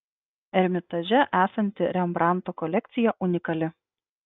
ermitaže esanti rembrandto kolekcija unikali